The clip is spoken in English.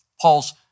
Paul's